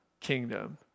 kingdom